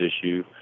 issue